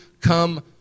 come